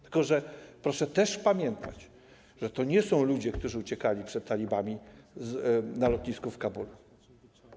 Tylko proszę też pamiętać, że to nie są ludzie, którzy uciekali przed talibami na lotnisku w Kabulu.